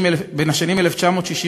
בשנים 1965